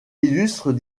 illustre